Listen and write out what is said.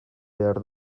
behar